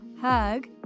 hug